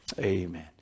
Amen